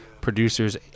producers